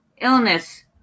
illness